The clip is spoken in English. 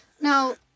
now